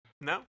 no